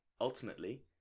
ultimately